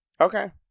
Okay